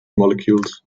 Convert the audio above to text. molecules